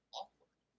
awkward